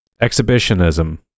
Exhibitionism